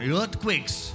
earthquakes